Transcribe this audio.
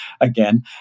Again